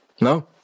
No